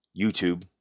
YouTube